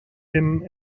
him